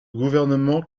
gouvernement